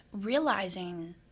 realizing